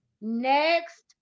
next